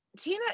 Tina